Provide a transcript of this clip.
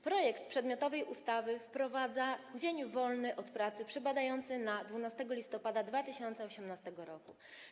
Projekt przedmiotowej ustawy wprowadza dzień wolny od pracy przypadający na 12 listopada 2018 r.